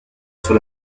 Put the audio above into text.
sur